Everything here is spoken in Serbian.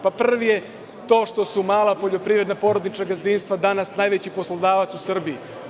Prvi je to što su mala poljoprivredna porodična gazdinstva danas najveći poslodavac u Srbiji.